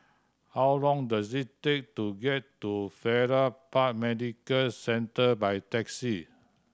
how long does it take to get to Farrer Park Medical Centre by taxi